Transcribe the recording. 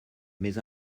mais